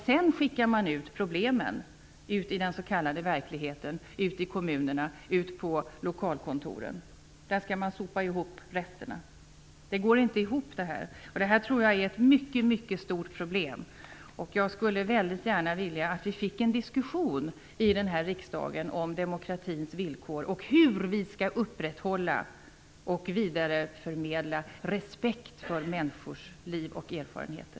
Sedan skickar man ut problemen i den s.k. verkligheten - ut i kommunerna och ut på lokalkontoren. Där skall man sopa ihop resterna. Det går inte ihop. Jag tror att det är ett mycket stort problem. Jag skulle väldigt gärna vilja att vi fick en diskussion i riksdagen om demokratins villkor och hur vi skall upprätthålla och vidareförmedla respekt för människors liv och erfarenheter.